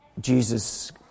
Jesus